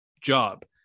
job